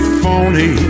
phony